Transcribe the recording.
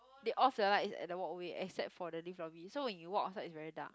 they off the lights at the walkway except for the lift lobby so when you walk outside it's very dark